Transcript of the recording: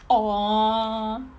oh